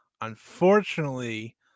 unfortunately